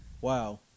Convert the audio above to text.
Wow